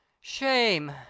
SHAME